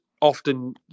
often